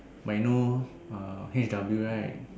like know eh H_W right